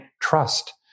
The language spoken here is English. trust